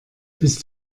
bist